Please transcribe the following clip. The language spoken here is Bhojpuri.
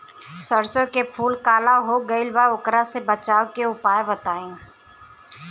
सरसों के फूल काला हो गएल बा वोकरा से बचाव के उपाय बताई?